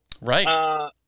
Right